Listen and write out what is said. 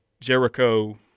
Jericho